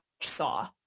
saw